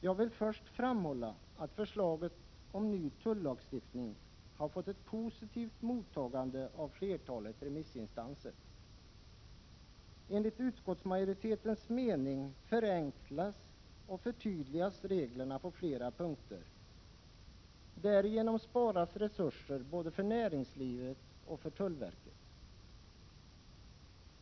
Jag vill först framhålla att förslaget om ny tullagstiftning har fått ett positivt mottagande av flertalet remissinstanser. Enligt utskottsmajoritetens mening förenklas och förtydligas reglerna på flera punkter. Därigenom sparas resurser både för näringslivet och tullverket.